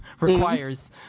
requires